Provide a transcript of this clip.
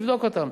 תבדוק אותן.